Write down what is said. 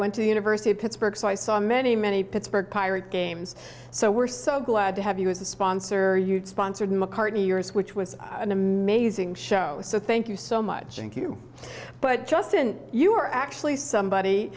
went to university of pittsburgh so i saw many many pittsburgh pirate games so we're so glad to have you as a sponsor you sponsored mccartney years which was an amazing show so thank you so much and q but justin you are actually somebody